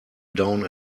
down